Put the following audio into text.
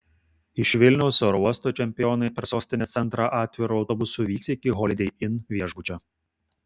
iš vilniaus oro uosto čempionai per sostinės centrą atviru autobusu vyks iki holidei inn viešbučio